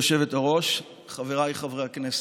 גברתי היושבת-ראש, חבריי חברי הכנסת,